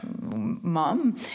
mom